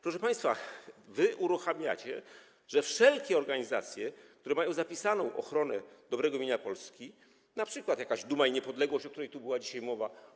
Proszę państwa, uruchamiacie to, że wszelkie organizacje, które mają zapisaną ochronę dobrego imienia Polski, np. jakaś duma i niepodległość, o której tu była dzisiaj mowa.